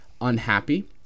unhappy